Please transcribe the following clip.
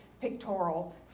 pictorial